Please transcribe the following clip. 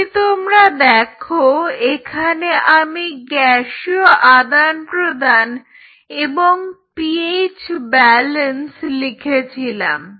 যদি তোমরা দেখো এখানে আমি গ্যাসীয় আদান প্রদান এবং পিএইচ ব্যালেন্স লিখেছিলাম